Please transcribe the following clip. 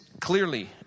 clearly